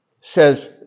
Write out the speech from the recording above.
says